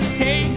hey